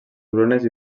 brunes